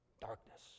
Darkness